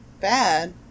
bad